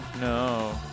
No